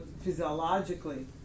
physiologically